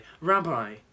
Rabbi